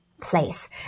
place